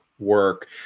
work